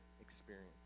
experience